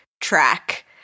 track